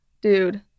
Dude